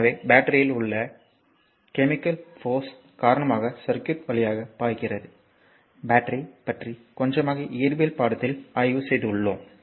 எனவே பேட்டரியில் உள்ள கெமிக்கல் போர்ஸ் காரணமாக சர்க்யூட் வழியாக பாய்க்கிறது பேட்டரி பற்றி கொஞ்சமாக இயற்பியல் பாடத்தில் ஆய்வு செய்துள்வோம்